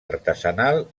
artesanal